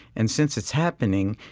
and since it's happening